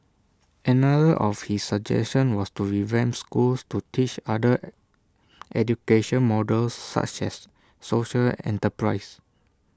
another of his suggestion was to revamp schools to teach other education models such as social enterprise